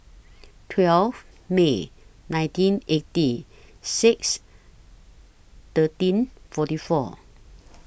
twelve May nineteen eighty six thirteen forty four